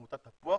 עמותת תפוח